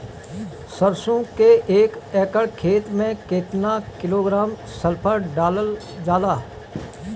सरसों क एक एकड़ खेते में केतना किलोग्राम सल्फर डालल जाला?